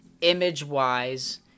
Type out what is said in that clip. image-wise